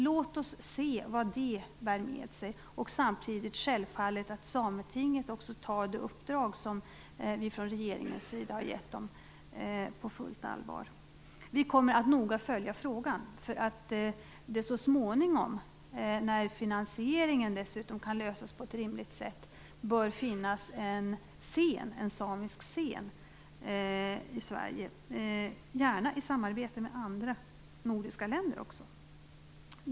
Låt oss se vad det bär med sig. Samtidigt måste självfallit också Sametinget ta det uppdrag som vi från regeringens sida har gett det på fullt allvar. Vi kommer att noga följa frågan för att det så småningom när finansieringen dessutom kan lösas på ett rimligt sätt bör finnas en samisk scen i Sverige, gärna i samarbete med andra nordiska länder.